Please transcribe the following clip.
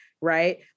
Right